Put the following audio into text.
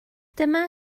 dyma